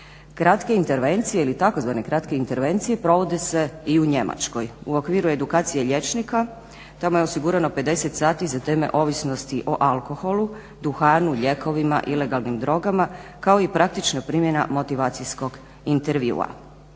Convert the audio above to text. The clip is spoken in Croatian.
Kratke intervencije ili tzv. kratke intervencije provode se i u Njemačkoj, u okviru edukacije liječnika, tamo je osigurano 50 sati za teme ovisnosti o alkoholu, duhanu, lijekovima, ilegalnim drogama kao i praktična primjena motivacijskog intervjua.